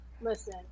listen